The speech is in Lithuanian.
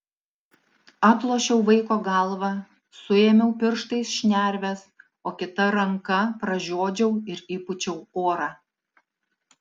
atlošiau vaikio galvą suėmiau pirštais šnerves o kita ranka pražiodžiau ir įpūčiau orą